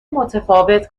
متفاوت